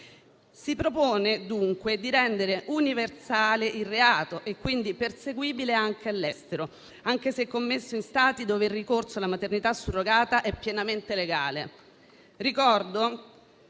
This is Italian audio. Si propone, dunque, di rendere universale il reato e, quindi, perseguibile anche all'estero, anche se commesso in Stati dove il ricorso alla maternità surrogata è pienamente legale.